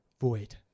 void